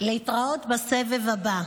"להתראות בסבב הבא",